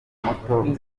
muto